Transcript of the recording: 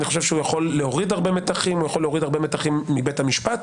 אני חושב שהוא יכול להוריד הרבה מתחים מבית המשפט,